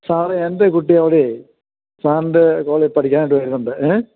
സാറേ എന്റെ കുട്ടി അവിടെ സാറിന്റെ കോളേജില് പഠിക്കനായിട്ട് വരുന്നുണ്ട് ങേ